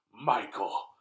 Michael